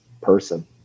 person